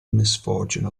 misfortune